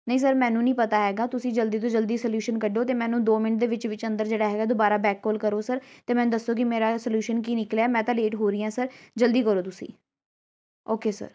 ਨਹੀਂ ਸਰ ਮੈਨੂੰ ਨਹੀਂ ਪਤਾ ਹੈਗਾ ਤੁਸੀਂ ਜਲਦੀ ਤੋਂ ਜਲਦੀ ਸਲਿਊਸ਼ਨ ਕੱਢੋ ਅਤੇ ਮੈਨੂੰ ਦੋ ਮਿੰਟ ਦੇ ਵਿੱਚ ਵਿੱਚ ਅੰਦਰ ਜਿਹੜਾ ਹੈ ਦੁਬਾਰਾ ਬੈਕ ਕੋਲ ਕਰੋ ਸਰ ਤੇ ਮੈਂ ਦੱਸੋ ਕਿ ਮੇਰਾ ਸਲਿਊਸ਼ਨ ਕੀ ਨਿਕਲਿਆ ਮੈਂ ਤਾਂ ਲੇਟ ਹੋ ਰਹੀ ਹਾਂ ਸਰ ਜਲਦੀ ਕਰੋ ਤੁਸੀਂ ਓਕੇ ਸਰ